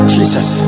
Jesus